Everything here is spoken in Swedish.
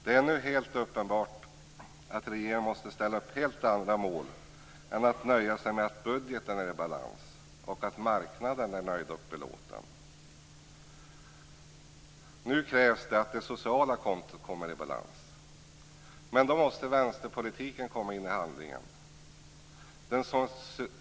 Det är nu helt uppenbart att regeringen måste ställa upp helt andra mål än att nöja sig med att budgeten är i balans och att marknaden är nöjd och belåten. Nu krävs att det sociala kontot kommer i balans. Men då måste vänsterpolitiken tas med i handlingen.